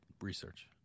research